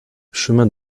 chemin